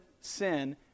sin